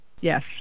Yes